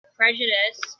prejudice